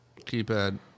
Keypad